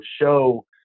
show